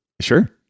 Sure